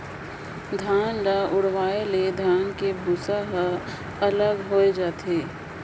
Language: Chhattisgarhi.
धान ल उड़वाए ले धान के भूसा ह अलग होए जाथे